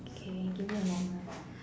K give me a moment